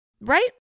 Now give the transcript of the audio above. Right